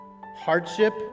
hardship